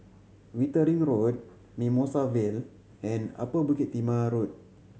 Wittering Road Mimosa Vale and Upper Bukit Timah Road